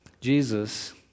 Jesus